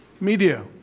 Media